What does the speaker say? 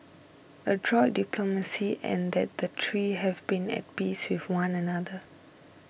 adroit diplomacy and that the three have been at peace with one another